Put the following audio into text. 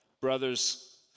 brothers